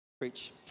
Preach